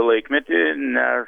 laikmetį nes